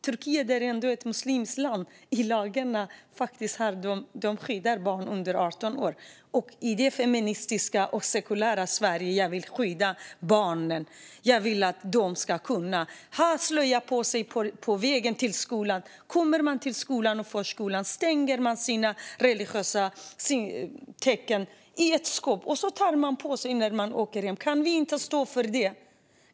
Turkiet är ändå ett muslimskt land, men i lagarna skyddar de faktiskt barn under 18 år. I det feministiska och sekulära Sverige vill jag skydda barnen. Jag vill att de ska kunna ha slöja på sig på vägen till skolan, men sedan, när de kommer till skolan och förskolan, ska de kunna stänga in sina religiösa tecken i ett skåp och sedan ta på sig dem igen när de går hem. Kan vi inte stå för det?